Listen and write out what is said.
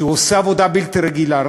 שעושה עבודה בלתי רגילה.